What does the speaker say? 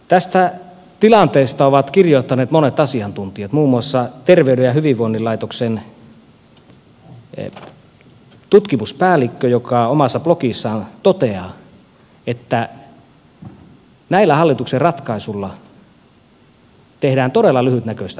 tästä tilanteesta ovat kirjoittaneet monet asiantuntijat muun muassa terveyden ja hyvinvoinnin laitoksen tutkimuspäällikkö joka omassa blogissaan toteaa että näillä hallituksen ratkaisuilla tehdään todella lyhytnäköistä politiikkaa